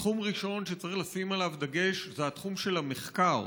תחום ראשון שצריך לשים עליו דגש זה התחום של המחקר.